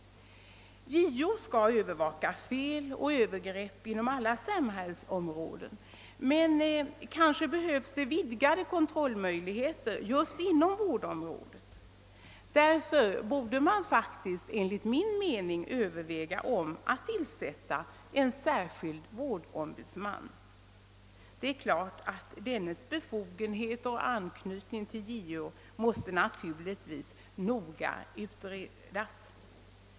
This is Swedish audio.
JO skall övervaka fel och övergrepp inom alla samhällsområden, men kanske behövs det vidgade kontrollmöjligheter just inom vårdområdet. Därför borde man enligt min mening överväga frågan om tillsättandet av en särskild vårdombudsman. Dennes befogenheter och anknytning till JO måste naturligtvis utredas.